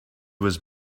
was